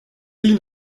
ils